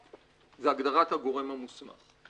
זה הגדרת הגורם המוסמך.